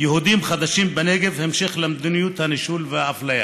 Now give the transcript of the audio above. יהודיים חדשים בנגב היא המשך למדיניות הנישול והאפליה.